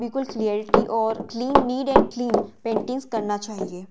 बिल्कुल क्लियेरिटी और clean neat and clean paintings करना चाहिए